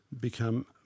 become